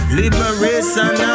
liberation